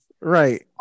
Right